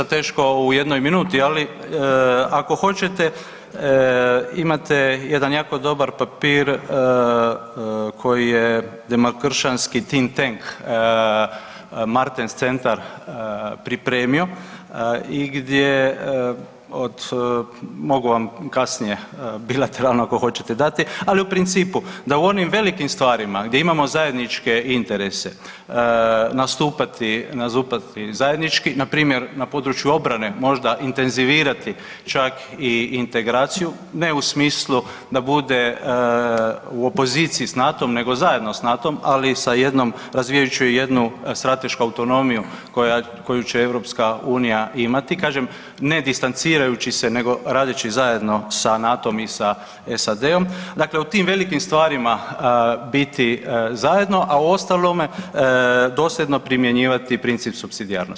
Doista teško u jednoj minuti, ali ako hoćete imate jedan jako dobar papir koji je demokršćanski think tank Martens Centar pripremio i gdje od mogu vam kasnije bilateralno ako hoćete dati, ali u principu da u onim velikim stvarima gdje imamo zajedničke interese nastupati zajednički, npr. na području obrane možda intenzivirati čak i integraciju, ne u smislu da bude u opoziciji s NATO-m nego zajedno s NATO-m, ali razvijajući jednu stratešku autonomiju koju će EU imati kažem ne distancirajući se nego radeći zajedno sa NATO-m i sa SAD-om, dakle u tim velikim stvarima biti zajedno, a u ostalome dosljedno primjenjivati princip supsidijarnosti.